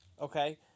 Okay